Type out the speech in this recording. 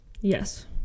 yes